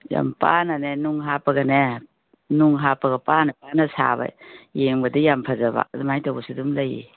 ꯌꯥꯝ ꯄꯥꯅꯅꯦ ꯅꯨꯡ ꯍꯥꯞꯄꯒꯅꯦ ꯅꯨꯡ ꯍꯥꯞꯄ ꯄꯥꯅ ꯄꯥꯅ ꯁꯥꯕꯤ ꯌꯦꯡꯕꯗ ꯌꯥꯝ ꯐꯖꯕ ꯑꯗꯨꯃꯥꯏꯅ ꯇꯧꯕꯁꯨ ꯑꯗꯨꯝ ꯂꯩꯔꯦ